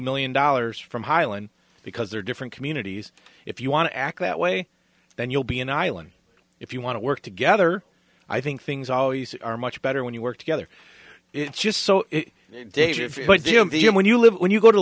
million dollars from highland because they're different communities if you want to act that way then you'll be an island if you want to work together i think things always are much better when you work together it's just so deja vu when you live when you go to